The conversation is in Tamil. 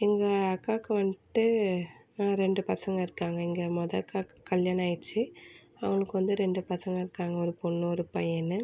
எங்கள் அக்காவுக்கு வந்துட்டு ரெண்டு பசங்க இருக்காங்க இங்கே மொதல் அக்காவுக்கு கல்யாணம் ஆகிடுச்சி அவங்களுக்கு வந்து ரெண்டு பசங்க இருக்காங்க ஒரு பொண்ணு ஒரு பையன்